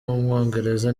w’umwongereza